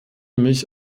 mich